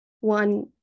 one